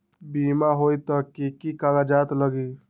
बिमा होई त कि की कागज़ात लगी?